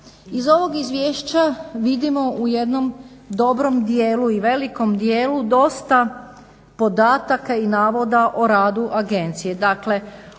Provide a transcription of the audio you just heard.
Iz ovoga izvješća vidimo u jednom dobrom dijelu i velikom dijelu dosta podataka i navoda o radu agencije.